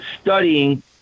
studying